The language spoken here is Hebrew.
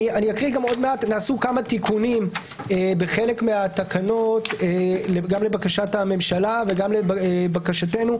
נעשו גם כמה תיקונים בחלק מהתקנות גם לבקשת הממשלה וגם לבקשתנו,